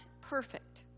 perfect